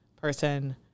person